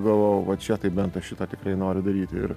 galvojau va čia tai bent aš šitą tikrai noriu daryti ir